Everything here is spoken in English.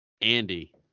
Andy